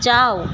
যাও